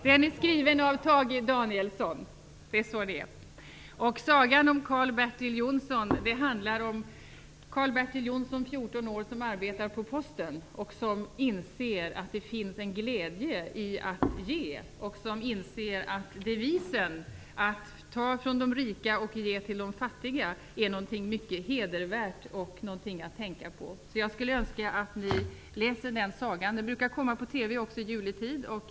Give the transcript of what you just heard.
Den är skriven av Tage Danielsson. Sagan om Karl Bertil Jonsson handlar om Karl Bertil Jonsson, 14 år, som arbetar på Posten och som inser att det finns en glädje i att ge. Han inser att devisen att ta från de rika och ge till de fattiga är något mycket hedervärt och något att tänka på. Jag skulle önska att ni läser den sagan. Den brukar komma på TV också i juletid.